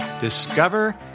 Discover